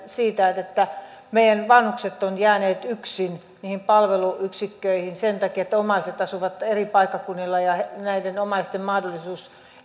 siitä että meidän vanhukset ovat jääneet yksin niihin palveluyksikköihin sen takia että omaiset asuvat eri paikkakunnilla ja näiden omaisten mahdollisuus